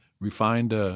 Refined